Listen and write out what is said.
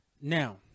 Now